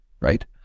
right